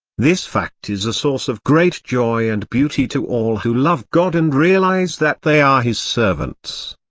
this fact is a source of great joy and beauty to all who love god and realize that they are his servants.